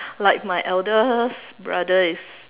like my eldest brother is